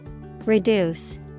Reduce